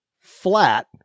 flat